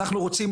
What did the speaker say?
אנחנו רוצים